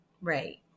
right